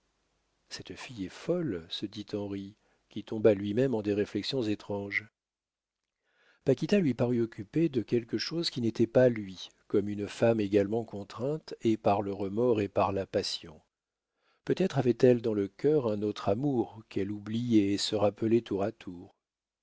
cette fille est folle se dit henri qui tomba lui-même en des réflexions étranges paquita lui parut occupée de quelque chose qui n'était pas lui comme une femme également contrainte et par le remords et par la passion peut être avait-elle dans le cœur un autre amour qu'elle oubliait et se rappelait tour à tour